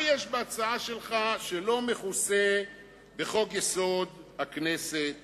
מה יש בהצעה שלך שלא מכוסה בחוק-יסוד: הכנסת?